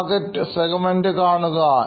target segment ന്കാണുക